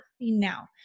now